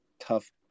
tough